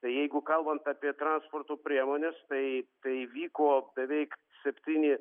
tai jeigu kalbant apie transporto priemones tai tai vyko beveik septyni